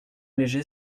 léger